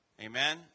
amen